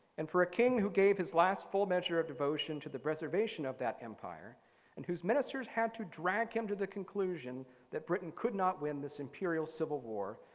and for a king who gave his last full measure of devotion to the preservation of that empire and whose ministers had to drag him to the conclusion that britain could not win this imperial civil war,